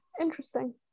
Interesting